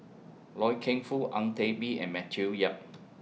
Loy Keng Foo Ang Teck Bee and Matthew Yap